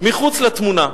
מחוץ לתמונה.